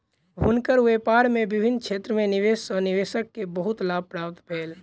हुनकर व्यापार में विभिन्न क्षेत्र में निवेश सॅ निवेशक के बहुत लाभ प्राप्त भेल